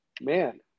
man